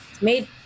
made